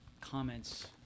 comments